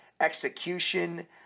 execution